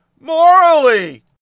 morally